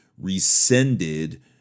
rescinded